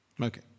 Okay